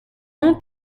non